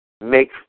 make